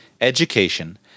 education